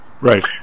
Right